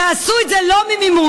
תעשו את זה לא ממימון,